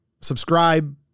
subscribe